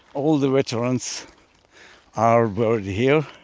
all the veterans are buried here.